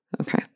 Okay